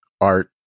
art